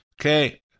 Okay